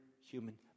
human